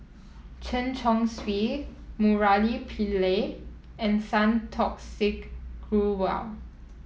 Chen Chong Swee Murali Pillai and Santokh Singh Grewal